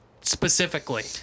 specifically